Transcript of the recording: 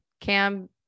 Cam